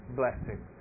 blessing